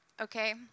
Okay